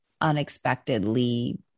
unexpectedly